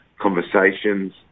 conversations